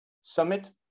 Summit